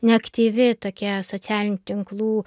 neaktyvi tokia socialinių tinklų